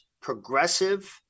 progressive –